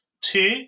Two